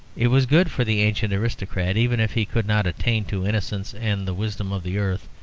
it was good for the ancient aristocrat, even if he could not attain to innocence and the wisdom of the earth,